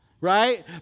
Right